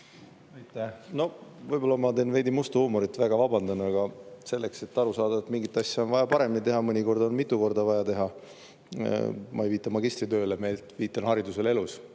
Võib-olla ma teen veidi musta huumorit – väga vabandan –, aga selleks, et aru saada, et mingit asja on vaja paremini teha, on mõnikord seda mitu korda vaja teha. Ma ei viita magistritööle, vaid viitan haridusele elus.